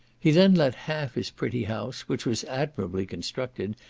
he then let half his pretty house, which was admirably constructed,